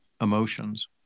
emotions